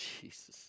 Jesus